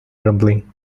rumbling